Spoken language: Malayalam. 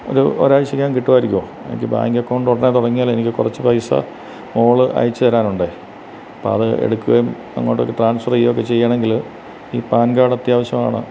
ഒരു ഒരാഴ്ചക്കകം കിട്ടുമായിരിക്കുമോ എനിക്ക് ബാങ്ക് അക്കൗണ്ട് ഉടനെ തുടങ്ങിയാൽ എനിക്ക് കുറച്ചു പൈസ മോൾ അയച്ചു തരാനുണ്ടേ അപ്പം അത് എടുക്കുകയും അങ്ങോട്ട് ട്രാൻസ്ഫർ ചെയ്യൊക്കെ ചെയ്യുകയാണെങ്കിൽ ഈ പാൻ കാർഡ് അത്യാവശ്യമാണ്